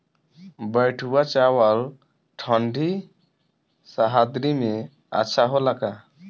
बैठुआ चावल ठंडी सह्याद्री में अच्छा होला का?